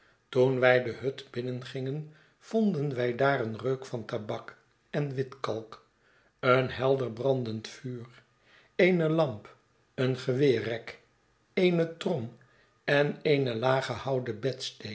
toen wij de hut binnengingen vonden wij daar een reuk van tabak en witkalk een helder brandend vuur eene lamp een geweerrek eene trom en eene lage houten